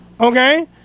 okay